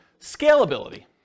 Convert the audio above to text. Scalability